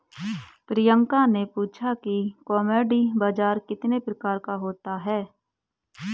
प्रियंका ने पूछा कि कमोडिटी बाजार कितने प्रकार का होता है?